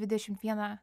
dvidešimt vieną